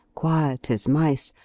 quiet as mice,